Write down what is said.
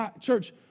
Church